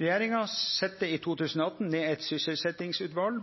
Regjeringa sette i 2018 ned eit sysselsetjingsutval.